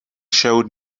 showed